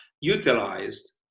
utilized